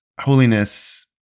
holiness